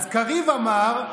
אז קריב אמר,